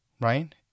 Right